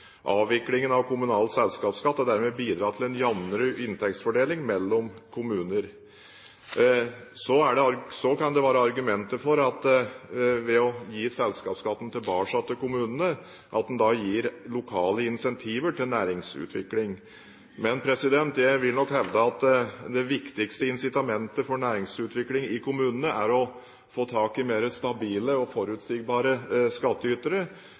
Avviklingen av kommunal selskapsskatt har dermed bidratt til en jevnere inntektsfordeling mellom kommunene. Så kan det være argumenter for at en ved å gi selskapsskatten tilbake til kommunene, gir lokale incentiver til næringsutvikling. Men jeg vil hevde at det viktigste incitamentet for næringsutvikling i kommunene er å få tak i mer stabile og forutsigbare